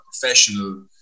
professional